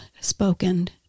spoken